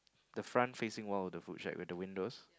the front facing one of the foot tracks with the windows